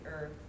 earth